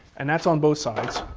and that's on both sides.